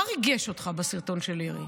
מה ריגש אותך בסרטון של לירי?